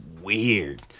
weird